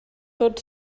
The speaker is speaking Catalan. tot